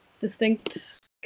distinct